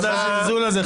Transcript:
מה זה הזלזול הזה,